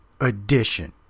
edition